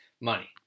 money